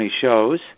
shows